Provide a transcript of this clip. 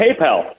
PayPal